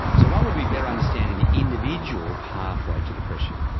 so one would be better understanding the individual pathway to depression.